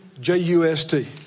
J-U-S-T